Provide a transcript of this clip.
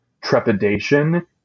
trepidation